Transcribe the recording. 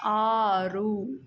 ಆರು